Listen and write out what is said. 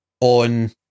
on